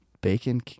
bacon